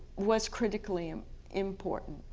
was critically um important.